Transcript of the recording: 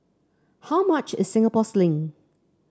how much is Singapore Sling